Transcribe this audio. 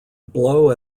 blow